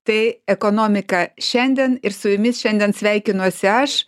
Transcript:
tai ekonomika šiandien ir su jumis šiandien sveikinuosi aš